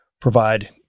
provide